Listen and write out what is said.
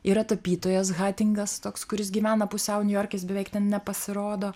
yra tapytojas hatingas toks kuris gyvena pusiau niujorke jis beveik ten nepasirodo